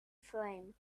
flame